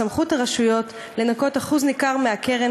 בסמכות הרשויות לנכות אחוז ניכר מהקרן